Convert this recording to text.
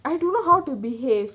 I don't know how to behave